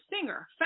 singer